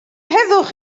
heddwch